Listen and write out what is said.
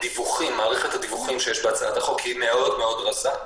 מערכת הדיווחים שיש בהצעת החוק מאוד מאוד רזה.